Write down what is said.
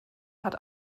hat